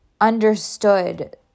understood